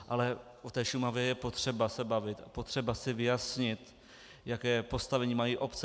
Ale o Šumavě je potřeba se bavit, je potřeba si vyjasnit, jaké postavení mají obce.